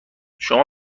شما